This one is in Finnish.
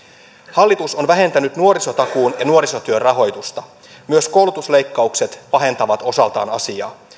hallitus on vähentänyt nuorisotakuun ja nuorisotyön rahoitusta myös koulutusleikkaukset pahentavat osaltaan asiaa